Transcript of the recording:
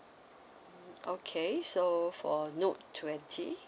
okay so for note twenty